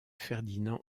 ferdinand